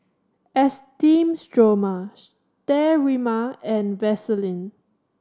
Esteem Stoma Sterimar and Vaselin